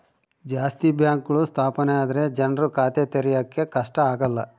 ಜಾಸ್ತಿ ಬ್ಯಾಂಕ್ಗಳು ಸ್ಥಾಪನೆ ಆದ್ರೆ ಜನ್ರು ಖಾತೆ ತೆರಿಯಕ್ಕೆ ಕಷ್ಟ ಆಗಲ್ಲ